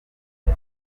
nde